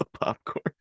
popcorn